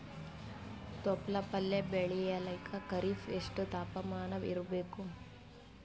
ತೊಪ್ಲ ಪಲ್ಯ ಬೆಳೆಯಲಿಕ ಖರೀಫ್ ಎಷ್ಟ ತಾಪಮಾನ ಇರಬೇಕು?